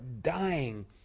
dying